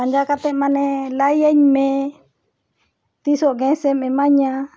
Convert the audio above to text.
ᱯᱟᱸᱡᱟ ᱠᱟᱛᱮᱫ ᱢᱟᱱᱮ ᱞᱟᱭᱟᱹᱧ ᱢᱮ ᱛᱤᱥᱚᱜ ᱜᱮᱥᱮᱢ ᱮᱢᱟᱹᱧᱟ